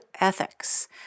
Ethics